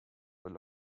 were